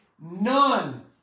None